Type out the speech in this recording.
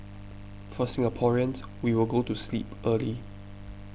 for Singaporeans we will go to sleep early